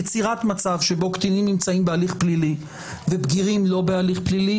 יצירת מצב שבו הקטינים נמצאים בהליך פלילי ובגירים לא בהליך פלילי,